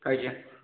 ଆଜ୍ଞା